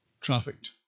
trafficked